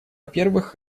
первых